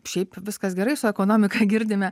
šiaip viskas gerai su ekonomika girdime